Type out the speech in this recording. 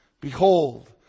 Behold